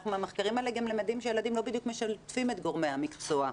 מהמחקרים האלה אנחנו גם למדים שהילדים לא בדיוק משתפים את גורמי המקצוע.